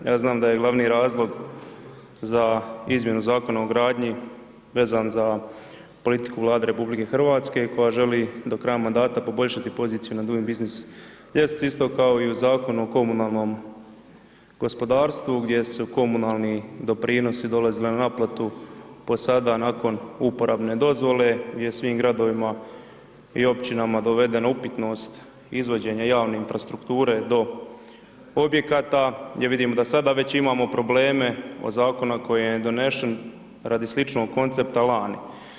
Ja znam da je glavni razlog za izmjenu Zakona o gradnji vezan za politiku Vlade Republike Hrvatske koja želi do kraja mandata poboljšati poziciju na doing business ljestvici, kao i u Zakon o komunalnom gospodarstvu gdje su komunalni doprinosi dolazili na naplatu po sada nakon uporabne dozvole gdje je svim Gradovima i Općinama dovedena upitnost izvođenja javne infrastrukture do objekata, gdje vidimo da sada već imamo probleme od Zakona koji je donesen radi sličnog koncepta lani.